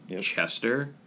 Chester